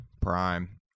prime